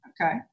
Okay